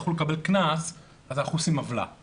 שיצטרכו לקבל קנס אז אנחנו עושים עוולה,